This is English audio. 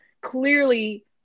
clearly